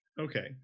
Okay